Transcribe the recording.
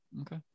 okay